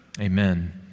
Amen